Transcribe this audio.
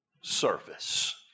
service